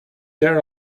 there